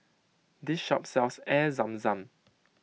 this shop sells Air Zam Zam